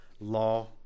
law